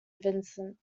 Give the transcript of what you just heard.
vincent